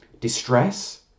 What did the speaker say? Distress